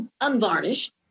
unvarnished